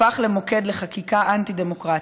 הפך למוקד לחקיקה אנטי-דמוקרטית,